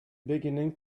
beginning